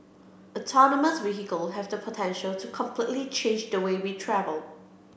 autonomous vehicle have the potential to completely change the way we travel